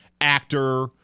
actor